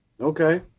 okay